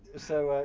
so,